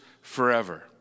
forever